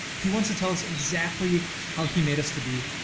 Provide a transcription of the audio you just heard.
he wants to tell us exactly how he made us to be